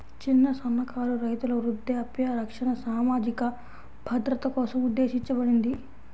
చిన్న, సన్నకారు రైతుల వృద్ధాప్య రక్షణ సామాజిక భద్రత కోసం ఉద్దేశించబడింది